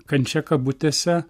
kančia kabutėse